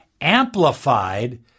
amplified